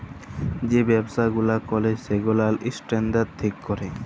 যে ব্যবসা গুলা ক্যরে সেগুলার স্ট্যান্ডার্ড ঠিক ক্যরে